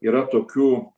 yra tokių